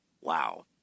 Wow